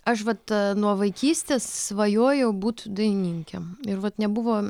aš vat nuo vaikystės svajojau būt dainininke ir vat nebuvo